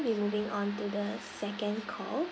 be moving on to the second call